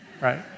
Right